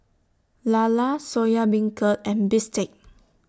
Lala Soya Beancurd and Bistake